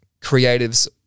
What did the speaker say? creatives